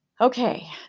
Okay